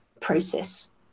process